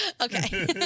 Okay